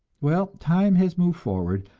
well, time has moved forward,